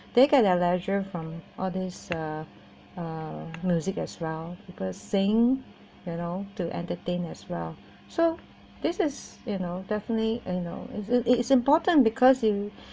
they get their leisure from all this uh uh music as well people sing you know to entertain as well so this is you know definitely you know is is is important because you